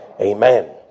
Amen